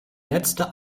letzte